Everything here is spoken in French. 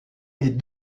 est